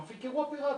מפיק אירועים פיראטיים.